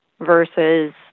versus